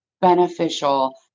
beneficial